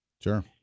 Sure